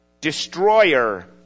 Destroyer